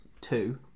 Two